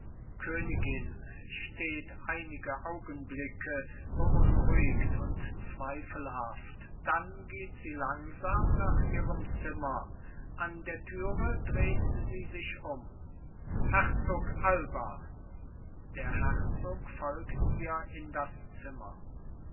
königin steht einige augenblicke beunruhigt und zweifelhaft dann geht sie langsam nach ihrem zimmer an der türe dreht sie sich um herzog alba der herzog folgt ihr in das zimmer